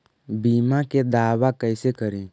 बीमा के दावा कैसे करी?